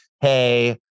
hey